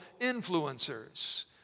influencers